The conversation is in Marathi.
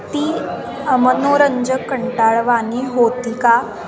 ती अमनोरंजक कंटाळवाणी होती का